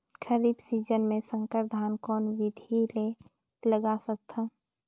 खरीफ season मे संकर धान कोन विधि ले लगा सकथन?